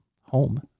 home